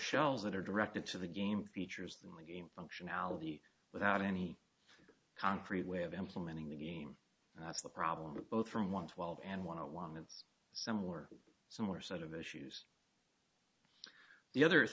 shells that are directed to the game features in the game functionality without any concrete way of implementing the game and that's a problem with both from one twelve and one hundred one it's similar similar set of issues the other